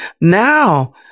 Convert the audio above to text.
Now